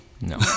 No